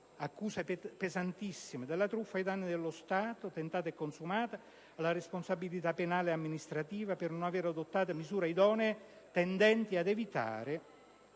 sono pesantissime: dalla truffa ai danni dello Stato, tentata e consumata, alla responsabilità penale e amministrativa per non aver adottato misure idonee tendenti ad evitare